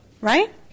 right